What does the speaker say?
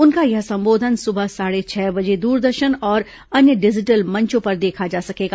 उनका यह संबोधन सुबह साढ़े छह बजे दूरदर्शन और अन्य डिजिटल मंचों पर देखा जा सकेगा